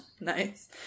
Nice